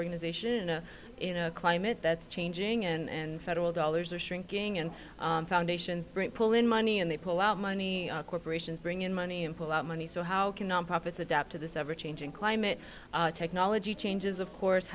organization a climate that's changing and federal dollars are shrinking and foundations bring pull in money and they pull out money corporations bring in money and pull out money so how can nonprofits adapt to this ever changing climate technology changes of course